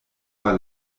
war